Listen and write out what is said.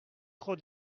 trop